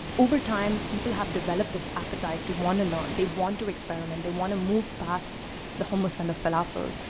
over time, people have developed this appetite to want to learn. they want to experiment, they want to move past the hummus and the falafels,